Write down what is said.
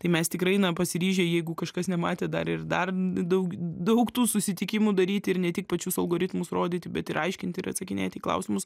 tai mes tikrai na pasiryžę jeigu kažkas nematė dar ir dar daug daug tų susitikimų daryti ir ne tik pačius algoritmus rodyti bet ir aiškinti ir atsakinėti į klausimus